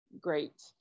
Great